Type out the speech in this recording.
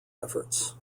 efforts